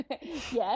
Yes